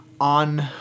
on